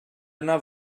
yna